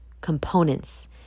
components